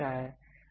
यह अच्छा है